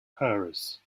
paris